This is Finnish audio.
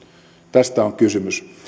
tästä on kysymys